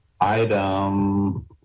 item